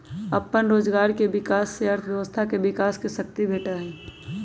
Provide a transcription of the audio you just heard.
अप्पन रोजगार के विकास से अर्थव्यवस्था के विकास के शक्ती भेटहइ